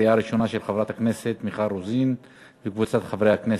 של חברת הכנסת מיכל רוזין וקבוצת חברי הכנסת,